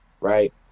right